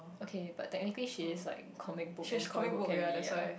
okay but technically she is like comic book and comic book can be a